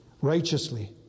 righteously